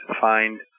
find